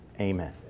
Amen